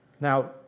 Now